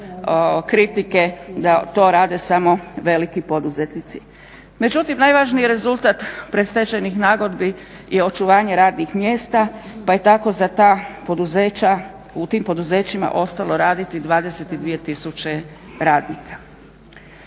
kritike da to rade samo veliki poduzetnici. Međutim, najvažniji rezultat predstečajnih nagodbi je očuvanje radnih mjesta, pa je tako za ta poduzeća u tim poduzećima ostalo raditi 22000 radnika.